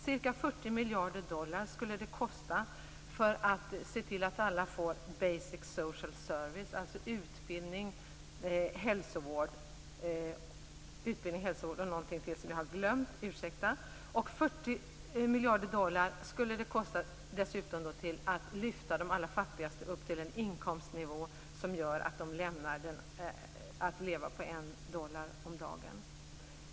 Cirka 40 miljarder dollar skulle det kosta att se till att alla får basic social service, dvs. utbildning och hälsovård. 40 miljarder dollar skulle det kosta att dessutom lyfta de allra fattigaste upp till en inkomstnivå som gör att de inte längre behöver leva på en dollar om dagen.